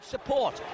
...support